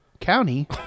County